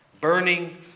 burning